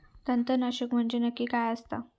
तणनाशक म्हंजे नक्की काय असता?